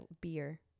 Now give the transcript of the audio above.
beer